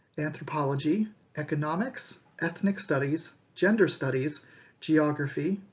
anthropology economics, ethnic studies, gender studies geography,